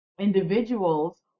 individuals